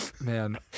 Man